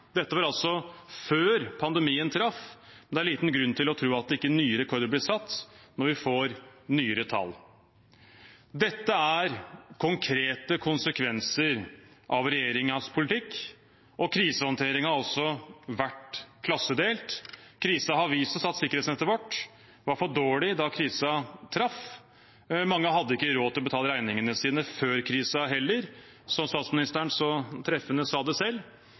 Dette var altså før pandemien traff, og det er liten grunn til å tro at ikke nye rekorder blir satt når vi får nyere tall. Dette er konkrete konsekvenser av regjeringens politikk, og krisehåndteringen har også vært klassedelt. Krisen har vist oss at sikkerhetsnettet vårt var for dårlig da krisen traff. Mange hadde ikke råd til å betale regningene sine før krisen heller, som statsministeren så treffende sa det selv.